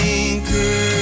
anchor